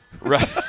right